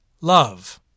love